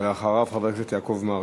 אחריו, חבר הכנסת יעקב מרגי.